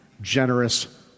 generous